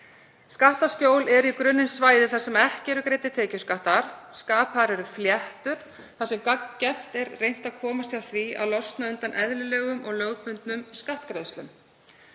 Skattaskjól eru í grunninn svæði þar sem ekki eru greiddir tekjuskattar. Skapaðar eru fléttur þar sem gagngert er reynt að losna undan eðlilegum og lögbundnum skattgreiðslum.